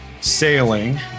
Sailing